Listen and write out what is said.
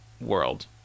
world